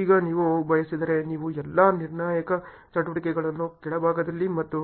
ಈಗ ನೀವು ಬಯಸಿದರೆ ನೀವು ಎಲ್ಲಾ ನಿರ್ಣಾಯಕ ಚಟುವಟಿಕೆಗಳನ್ನು ಕೆಳಭಾಗದಲ್ಲಿ ಮತ್ತು